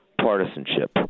partisanship